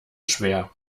schwer